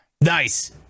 Nice